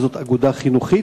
וזאת אגודה חינוכית,